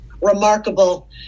remarkable